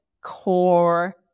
core